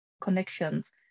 connections